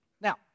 Now